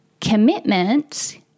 Commitment